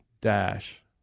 dash